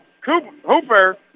Cooper